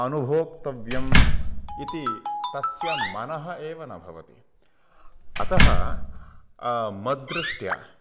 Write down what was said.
अनुभोक्तव्यम् इति तस्य मनः एव न भवति अतः मद्दृष्ट्या